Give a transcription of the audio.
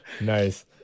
Nice